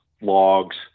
logs